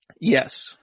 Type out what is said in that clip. yes